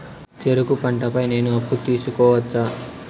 చెరుకు పంట పై నేను అప్పు తీసుకోవచ్చా?